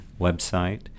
website